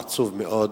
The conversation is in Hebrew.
עצוב מאוד.